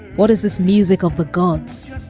what is this music of the gods?